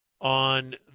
on